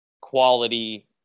quality